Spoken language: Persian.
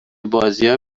بازیا